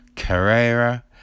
Carrera